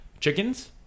chickens